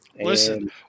Listen